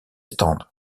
stands